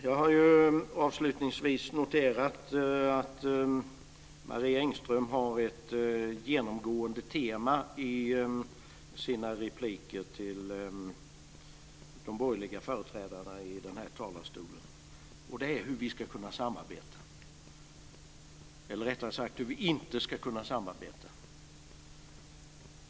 Jag har avslutningsvis noterat att Marie Engström har ett genomgående tema i sina repliker till de borgerliga företrädarna i den här talarstolen, och det är hur vi ska kunna samarbeta - eller rättare sagt, hur vi inte ska kunna samarbeta.